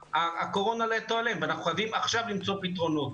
הקורונה לא תיעלם ואנחנו חייבים עכשיו למצוא פתרונות